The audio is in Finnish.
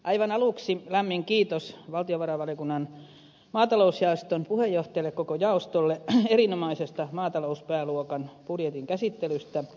aivan aluksi lämmin kiitos valtiovarainvaliokunnan maatalousjaoston puheenjohtajalle ja koko jaostolle erinomaisesta maatalouspääluokan budjetin käsittelystä